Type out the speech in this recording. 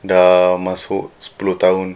dah masuk sepuluh tahun